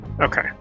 okay